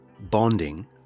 bonding